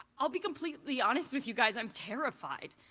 i'll be completely honest with you guys, i'm terrified.